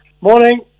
Morning